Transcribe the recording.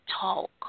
talk